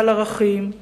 בעל ערכים,